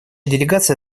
делегация